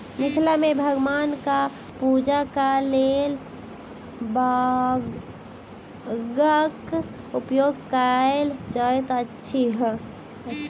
मिथिला मे भगवानक पूजाक लेल बांगक उपयोग कयल जाइत अछि